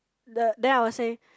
the then I will say